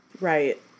Right